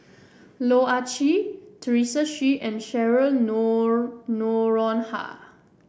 Loh Ah Chee Teresa Hsu and Cheryl nor Noronha